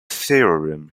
theorem